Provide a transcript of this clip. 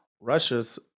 russia's